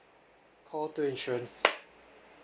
call two insurance